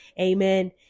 Amen